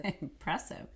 Impressive